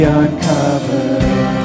uncovered